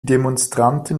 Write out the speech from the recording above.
demonstranten